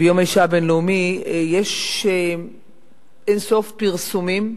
ביום האשה הבין-לאומי יש אין-סוף פרסומים,